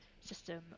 system